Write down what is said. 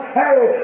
hey